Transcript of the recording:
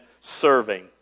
serving